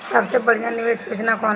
सबसे बढ़िया निवेश योजना कौन बा?